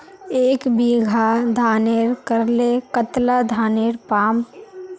एक बीघा धानेर करले कतला धानेर पाम?